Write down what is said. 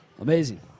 Amazing